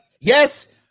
Yes